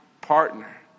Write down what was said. partner